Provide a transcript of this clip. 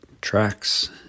tracks